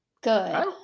Good